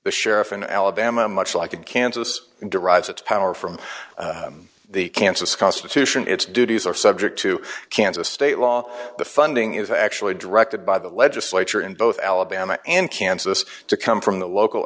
the sheriff in alabama much like in kansas and derives its power from the kansas constitution its duties are subject to kansas state law the funding is actually directed by the legislature in both alabama and kansas to come from the local